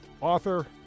author